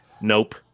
nope